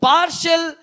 Partial